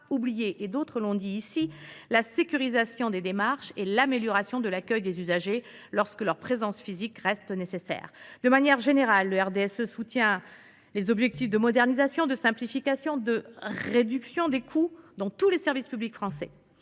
oublier l’indispensable sécurisation des démarches et l’amélioration de l’accueil des usagers lorsque leur présence physique reste nécessaire. De manière générale, le RDSE soutient les objectifs de modernisation, de simplification et de réduction des coûts dans tous les services publics français.